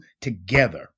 together